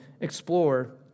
explore